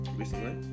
recently